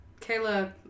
Kayla